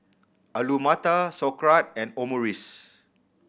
Alu Matar Sauerkraut and Omurice